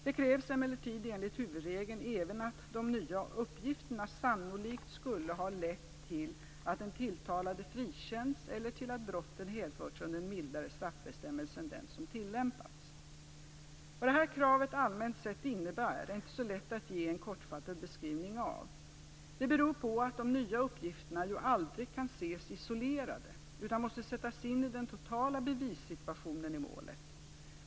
Det krävs emellertid enligt huvudregeln även att de nya uppgifterna "sannolikt skulle ha lett till att den tilltalade frikänts eller till att brottet hänförts under en mildare straffbestämmelse än den som tillämpats". Vad detta krav allmänt sett innebär är inte så lätt att ge en kortfattad beskrivning av. Detta beror på att de nya uppgifterna ju aldrig kan ses isolerade utan måste sättas in i den totala bevisningssituationen i målet.